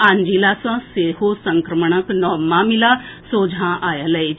आन जिला सँ सँ सेहो संक्रमणक नव मामिला सोझा आएल अछि